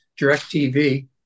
DirecTV